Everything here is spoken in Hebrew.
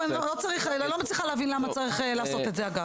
אני לא מצליחה להבין למה צריך לעשות את זה.